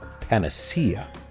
panacea